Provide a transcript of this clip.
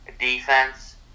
defense